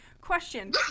Question